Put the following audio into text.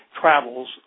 travels